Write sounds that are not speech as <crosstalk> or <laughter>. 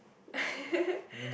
<laughs>